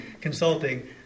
consulting